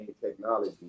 technology